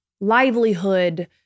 livelihood